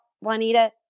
Juanita